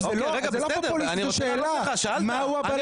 שאלת מהו הבלם.